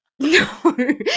No